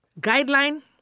guideline